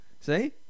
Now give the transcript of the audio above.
See